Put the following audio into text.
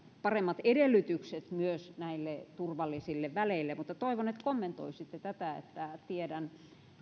paremmat edellytykset myös näille turvallisille väleille mutta toivon että kommentoisitte tätä että tiedän